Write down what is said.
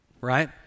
right